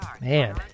Man